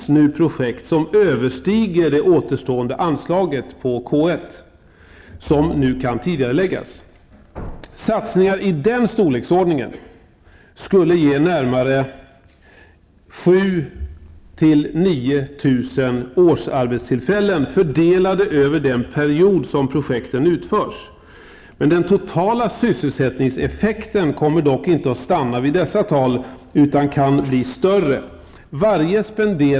Det finns projekt, vilkas kostnader överstiger det återstående anslaget under K 1, som nu kan tidigareläggas. Satsningar i den storleksordningen skulle ge närmare 7 000--9 000 årsarbetstillfällen, fördelade över den period som projekten genomförs. Den totala sysselsättningseffekten kommer dock inte att stanna vid dessa tal, utan antalet arbetstillfällen kan bli större.